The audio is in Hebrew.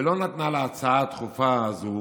ולא נתנה להצעה הדחופה הזו